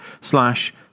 slash